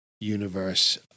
universe